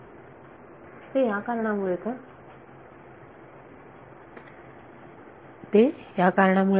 विद्यार्थी ते या कारणामुळे का ते या कारणामुळे का